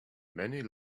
many